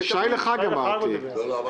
הם מקבלים --- דיברתי על שי לחג.